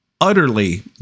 utterly